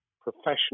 professional